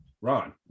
Ron